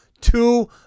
two